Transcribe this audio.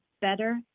better